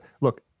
Look